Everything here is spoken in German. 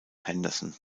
henderson